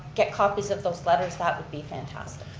get copies of those letters, that would be fantastic.